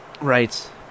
Right